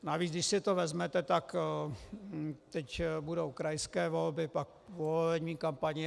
Navíc, když si to vezmete, tak teď budou krajské volby, pak povolební kampaně.